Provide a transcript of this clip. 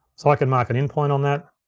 so i can mark an in point on that,